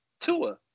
Tua